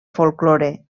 folklore